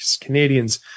Canadians